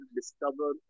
discover